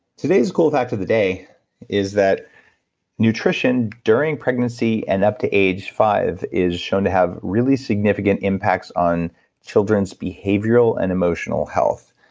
today's cool fact of the day is that nutrition during pregnancy and up to age five is shown to have really significant impacts on children's behavioral and emotional health.